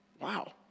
wow